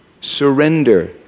surrender